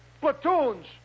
platoons